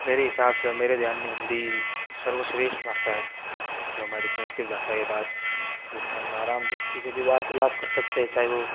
मेरे हिसाब से और मेरे ध्यान में हिंदी सर्वश्रेष्ठ भाषा है जो हमारी संस्कृत भाषा के बाद जिससे हम आराम से किसी से भी वार्तालाप कर सकते हैं चाहे वह